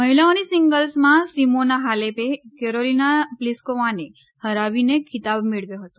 મહિલાઓની સીંગલ્સમાં સિમોના હાલેપે કેરોલીના પ્લીસ્કોવાને હરાવીને ખીતાબ મેળવ્યો હતો